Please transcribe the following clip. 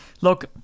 look